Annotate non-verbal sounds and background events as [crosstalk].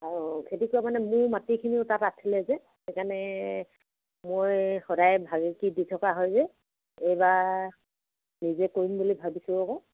অঁ খেতি কৰা মানে মোৰ মাটিখিনিও তাত আছিলে যে সেইকাৰণে মই সদায় ভাবি [unintelligible] থকা হয় যে এইবাৰ নিজে কৰিম বুলি ভাবিছোঁ আকৌ